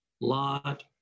lot